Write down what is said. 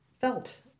felt